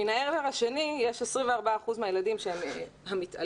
מן העבר השני יש 24 אחוזים מהילדים שהם המתעלמים,